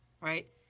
right